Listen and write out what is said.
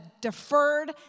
deferred